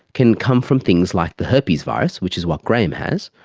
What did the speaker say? can come from things like the herpes virus, which is what graham has,